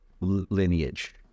lineage